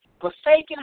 forsaken